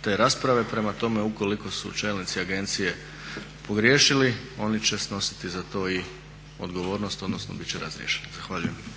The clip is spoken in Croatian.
te rasprave. Prema tome, ukoliko su čelnici agencije pogriješili oni će snositi za to odgovornost odnosno biti će razriješeni. Zahvaljujem. **Stazić, Nenad